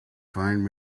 find